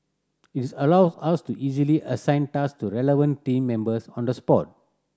its allows us to easily assign tasks to relevant team members on the spot